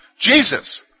Jesus